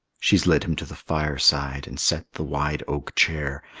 she's led him to the fireside, and set the wide oak chair,